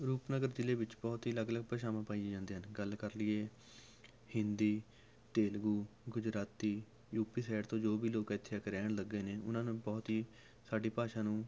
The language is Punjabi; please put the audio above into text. ਰੂਪਨਗਰ ਜ਼ਿਲ੍ਹੇ ਵਿੱਚ ਬਹੁਤ ਹੀ ਅਲੱਗ ਭਾਸ਼ਾਵਾਂ ਪਾਈਆਂ ਜਾਂਦੀਆਂ ਹਨ ਗੱਲ ਕਰ ਲਈਏ ਹਿੰਦੀ ਤੇਲਗੂ ਗੁਜਰਾਤੀ ਯੂਪੀ ਸਾਈਡ ਤੋਂ ਜੋ ਵੀ ਲੋਕ ਇੱਥੇ ਆ ਕੇ ਰਹਿਣ ਲੱਗੇ ਨੇ ਉਹਨਾਂ ਨੇ ਬਹੁਤ ਹੀ ਸਾਡੀ ਭਾਸ਼ਾ ਨੂੰ